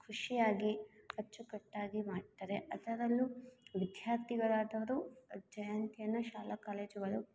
ಖುಷಿಯಾಗಿ ಅಚ್ಚುಕಟ್ಟಾಗಿ ಮಾಡ್ತಾರೆ ಅದರಲ್ಲೂ ವಿದ್ಯಾರ್ಥಿಗಳಾದವರು ಜಯಂತಿಯನ್ನು ಶಾಲಾ ಕಾಲೇಜುಗಳು